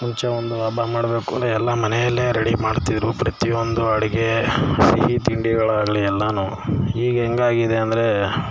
ಮುಂಚೆ ಒಂದು ಹಬ್ಬ ಮಾಡಬೇಕು ಅಂದರೆ ಎಲ್ಲ ಮನೆಯಲ್ಲೇ ರೆಡಿ ಮಾಡ್ತಿದ್ದರು ಪ್ರತಿ ಒಂದು ಅಡುಗೆ ಸಿಹಿ ತಿಂಡಿಗಳಾಗಲೀ ಎಲ್ಲಾ ಈಗ ಹೆಂಗಾಗಿದೆ ಅಂದರೆ